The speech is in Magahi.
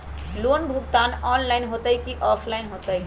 लोन भुगतान ऑनलाइन होतई कि ऑफलाइन होतई?